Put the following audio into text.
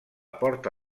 porta